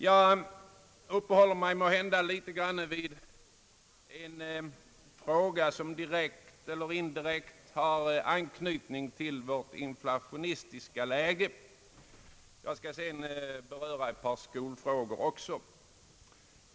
Jag uppehåller mig först något vid en fråga som direkt eller indirekt har anknytning till vårt inflationistiska läge. Jag skall sedan beröra ett par skolfrågor.